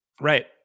right